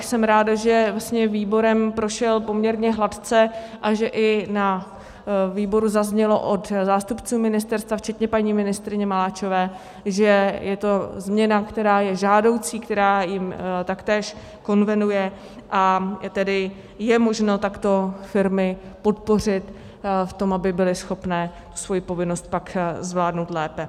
Jsem ráda, že výborem prošel poměrně hladce a že i na výboru zaznělo od zástupců ministerstva včetně paní ministryně Maláčové, že je to změna, která je žádoucí, která jim taktéž konvenuje, a tedy je možno takto firmy podpořit v tom, aby byly schopné svoji povinnost pak zvládnout lépe.